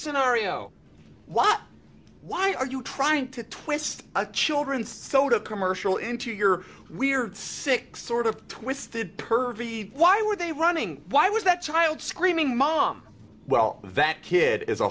scenario why why are you trying to twist a children's soda commercial into your weird sick sort of twisted pervy why were they running why was that child screaming mom well that kid is a